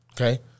Okay